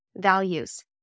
values